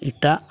ᱮᱴᱟᱜ